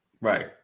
Right